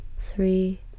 three